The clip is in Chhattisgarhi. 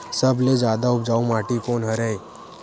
सबले जादा उपजाऊ माटी कोन हरे?